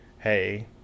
hey